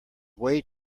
way